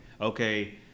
okay